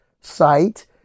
site